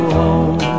home